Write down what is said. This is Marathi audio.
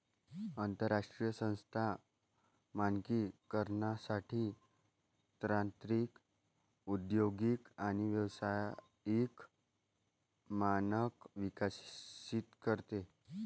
आंतरराष्ट्रीय संस्था मानकीकरणासाठी तांत्रिक औद्योगिक आणि व्यावसायिक मानक विकसित करते